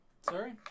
Sorry